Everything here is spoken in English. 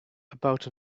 about